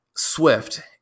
swift